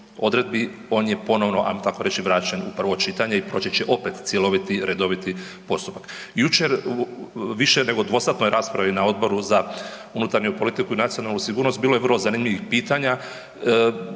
odredbi on je ponovno, ajmo tako reći, vraćen u prvo čitanje i počet će opet cjeloviti, redoviti postupak. Jučer u više nego dvosatnoj raspravi na Odboru za unutarnju politiku i nacionalnu sigurnost bilo je vrlo zanimljivih pitanja